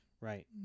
Right